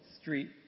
street